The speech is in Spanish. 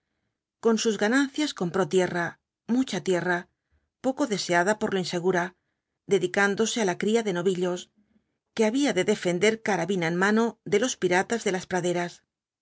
con sus ganancias compró tierra mucha tierra poco deseada por lo insegura dedicándose á la cría de novillos que había de defender carabina en mano de los piratas de las praderas